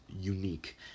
unique